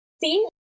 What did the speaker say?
See